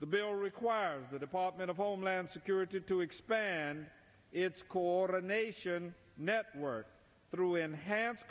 the bill requires the department of homeland security to expand its coronation network through enhanced